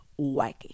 wacky